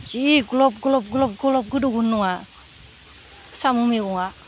जि ग्लब ग्लब ग्लब ग्लब गोदौगोन नङा साम' मैगङा